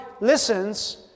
listens